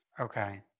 Okay